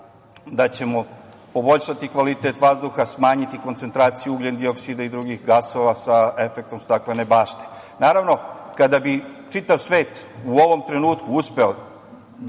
da ćemo poboljšati kvalitet vazduha, smanjiti koncentraciju ugljendioksida i drugih gasova sa efektom staklene bašte. Naravno, kada bi čitav svet u ovom trenutku uspeo